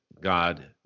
God